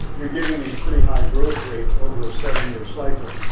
you're getting these pretty high growth rates over ah seven year cycle,